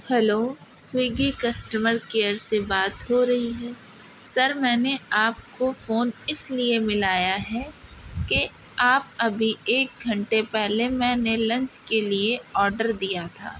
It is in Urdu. ہیلو سویگی کسٹمر کیئر سے بات ہو رہی ہے سر میں نے آپ کو فون اس لیے ملایا ہے کہ آپ ابھی ایک گھنٹے پہلے میں نے لنچ کے لیے آڈر دیا تھا